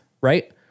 right